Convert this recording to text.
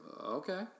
okay